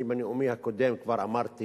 בנאומי הקודם כבר אמרתי